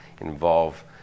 involve